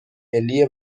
ملی